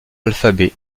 alphabet